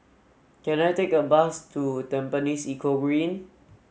can I take a bus to Tampines Eco Green